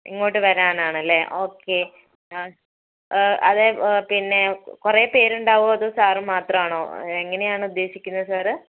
ഇങ്ങോട്ട് വരാനാണല്ലേ ഓക്കേ അതേ പിന്നെ കുറേ പേരുണ്ടാകുമോ അതോ സാർ മാത്രമാണോ എങ്ങനെയാണ് ഉദ്ദേശിക്കുന്നത് സാർ